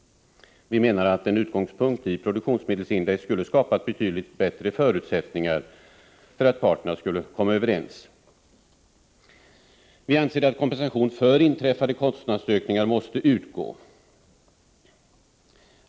En utgångspunkt i PM-index skulle skapa betydligt bättre förutsättningar för att parterna skall kunna komma överens. Vi anser att kompensation för inträffade kostnadsökningar måste utgå.